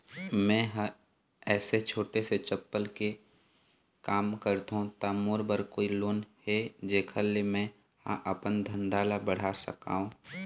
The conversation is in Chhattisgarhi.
मैं हर ऐसे छोटे से चप्पल के काम करथों ता मोर बर कोई लोन हे जेकर से मैं हा अपन धंधा ला बढ़ा सकाओ?